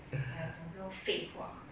!aiya! 讲这样多废话